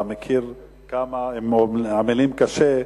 אתה מכיר כמה הם עמלים קשה,